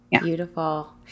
Beautiful